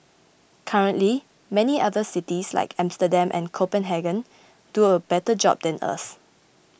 currently many other cities like Amsterdam and Copenhagen do a better job than us